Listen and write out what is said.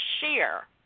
share